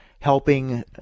helping